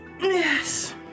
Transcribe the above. Yes